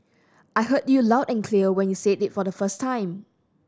I heard you loud and clear when you said it the first time